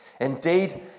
Indeed